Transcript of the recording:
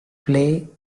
play